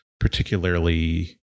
particularly